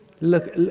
Look